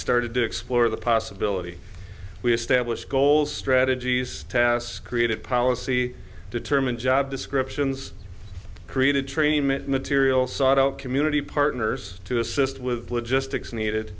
started to explore the possibility we establish goals strategies task created policy determine job descriptions created treatment material sought out community partners to assist with logistics needed